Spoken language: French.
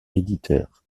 éditeur